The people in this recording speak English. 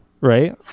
right